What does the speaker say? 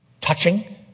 touching